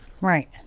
right